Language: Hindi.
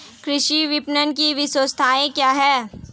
कृषि विपणन की विशेषताएं क्या हैं?